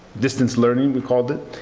distance learning, we called it.